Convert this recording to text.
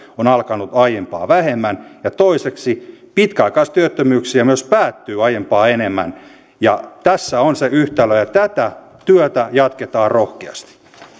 on alkanut aiempaa vähemmän ja toiseksi pitkäaikaistyöttömyyksiä myös päättyy aiempaa enemmän tässä on se yhtälö ja tätä työtä jatketaan rohkeasti